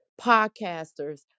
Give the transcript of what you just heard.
podcasters